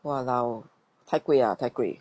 !walao! 太贵 ah 太贵